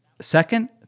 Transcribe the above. second